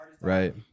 right